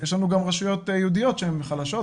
יש לנו גם רשויות יהודיות חלשות,